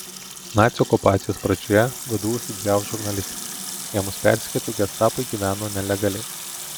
nacių okupacijos pradžioje vdu studijavo žurnalistiką ėmus persekioti gestapui gyveno nelegaliai